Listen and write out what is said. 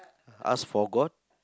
ask for god